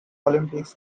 olympics